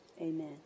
amen